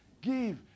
give